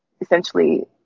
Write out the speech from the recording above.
essentially